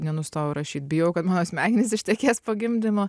nenustojau rašyt bijojau kad mano smegenys ištekės po gimdymo